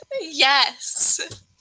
Yes